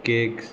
cakes